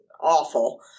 awful